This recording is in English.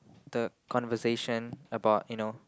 the conversation about you know